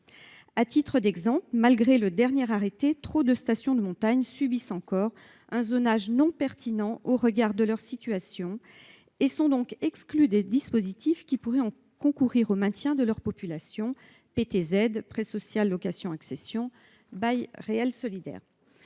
À titre d’exemple, malgré un dernier arrêté en la matière, trop de stations de montagne subissent encore un zonage non pertinent au regard de leur situation et sont donc exclues des dispositifs qui pourraient concourir au maintien de leur population : PTZ, prêt social location accession, bail réel solidaire.